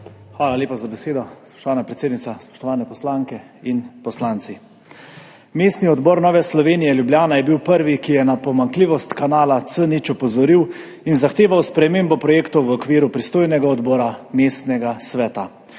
Hvala lepa za besedo, spoštovana predsednica. Spoštovane poslanke in poslanci! Mestni odbor Nove Slovenije Ljubljana je bil prvi, ki je opozoril na pomanjkljivost kanala C0 in zahteval spremembo projektov v okviru pristojnega odbora mestnega sveta.